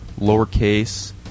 lowercase